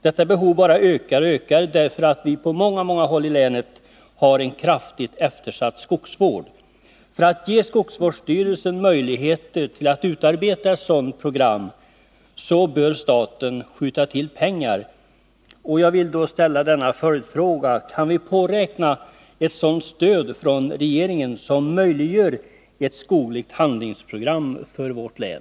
Detta behov bara ökar, därför att vi på många håll i länet har en kraftigt eftersatt skogsvård. För att ge skogsvårdsstyrelsen möjligheter att utarbeta ett sådant program bör staten skjuta till pengar. Jag vill då ställa en följdfråga: Kan vi påräkna ett stöd från regeringen som möjliggör ett skogligt handlingsprogram för vårt län?